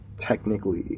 technically